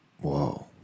Whoa